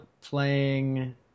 playing